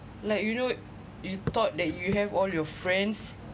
like you know you thought that you have all your friends